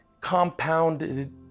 compounded